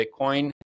Bitcoin